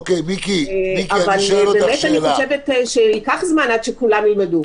אבל ייקח זמן עד שכולם ילמדו.